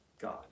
God